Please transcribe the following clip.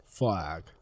flag